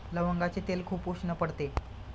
लवंगाचे तेल खूप उष्ण पडते